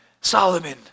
Solomon